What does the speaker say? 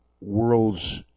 world's